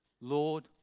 Lord